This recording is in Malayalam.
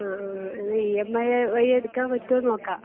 അ ആ എന്നാൽ ഇ എം ഐ വഴി എടുക്കാൻ പറ്റുവോ എന്ന് നോക്കാം